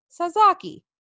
Sazaki